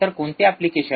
तर कोणते एप्लिकेशन